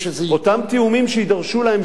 אותם תיאומים שיידרשו להמשך,